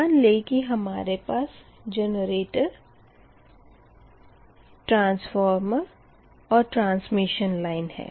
मान लें कि हमारे पास जनरेटर है ट्रांसफॉर्मर है और यह ट्रांसमिशन लाइन है